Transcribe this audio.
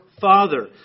Father